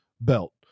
belt